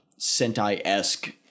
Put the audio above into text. Sentai-esque